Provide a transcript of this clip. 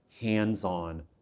hands-on